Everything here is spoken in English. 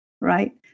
right